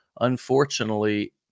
unfortunately